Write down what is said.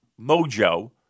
mojo